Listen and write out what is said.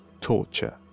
torture